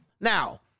Now